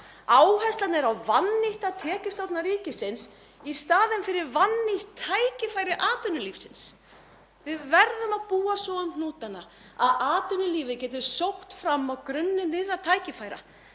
Áherslan er á vannýtta tekjustofna ríkisins í staðinn fyrir vannýtt tækifæri atvinnulífsins. Við verðum að búa svo um hnútana að atvinnulífið geti sótt fram á grunni nýrra tækifæra.